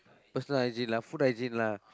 personal hygiene lah food hygiene lah